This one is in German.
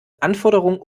anforderungen